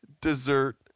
dessert